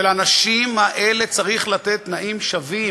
ולאנשים האלה צריך לתת תנאים שווים,